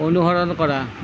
অনুসৰণ কৰা